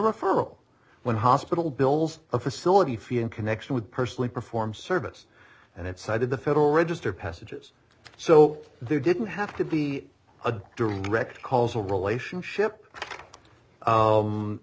referral when hospital bills a facility fee in connection with personally performed service and it cited the federal register passages so they didn't have to be a direct causal relationship